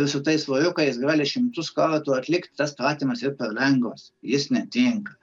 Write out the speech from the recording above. ir su tais svoriukais gali šimtus kartų atlikt tas pratimas yra perlengvas jis netinka